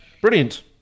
brilliant